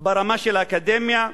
ברמה של האקדמיה,